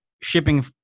shipping